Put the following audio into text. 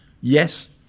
Yes